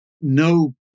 no